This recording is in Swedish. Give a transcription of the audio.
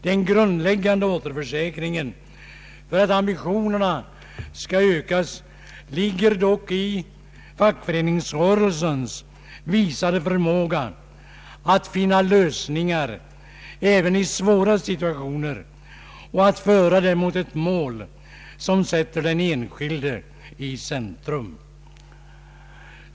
Den grundläggande återförsäkringen för att ambitionerna skall ökas ligger dock i fackföreningsrörelsens visade förmåga att finna lösningar även i svåra situationer och att föra dem mot ett mål som sätter den enskilde i centrum.